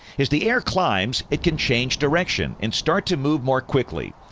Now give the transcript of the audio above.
as the air climbs, it can change direction and start to move more quickly.